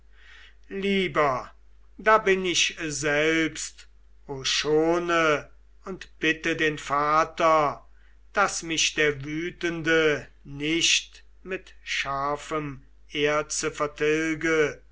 lieber da bin ich selbst o schone und bitte den vater daß mich der wütende nicht mit scharfem erze vertilge